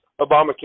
Obamacare